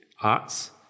arts